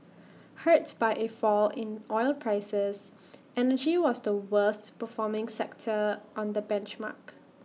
hurt by A fall in oil prices energy was the worst performing sector on the benchmark